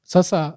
Sasa